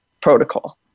protocol